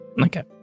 Okay